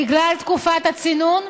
בגלל תקופת הצינון,